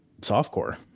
softcore